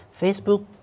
Facebook